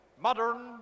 modern